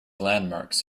landmarks